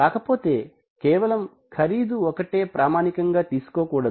కాకపోతే కేవలం ఖరీదు ఒకటే ప్రామాణికంగా తీసుకోకూడదు